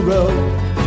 Road